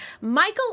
michael